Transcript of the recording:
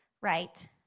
right